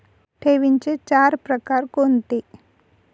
ठेवींचे चार प्रकार कोणते?